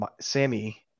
Sammy